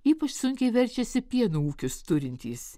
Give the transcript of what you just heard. ypač sunkiai verčiasi pieno ūkius turintys